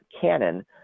canon